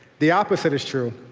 the opposite is true.